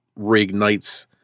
reignites